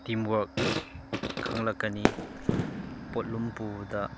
ꯇꯤꯝꯋꯥꯔꯛ ꯈꯪꯂꯛꯀꯅꯤ ꯄꯣꯠꯂꯨꯝ ꯄꯨꯕꯗ